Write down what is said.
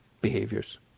behaviors